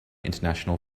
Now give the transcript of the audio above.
international